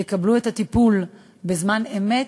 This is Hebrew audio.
שיקבלו את הטיפול בזמן אמת,